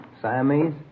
Siamese